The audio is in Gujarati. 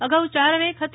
અગાઉ ચાર રેક હતી